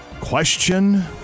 Question